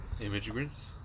Immigrants